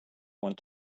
want